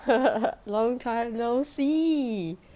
long time no see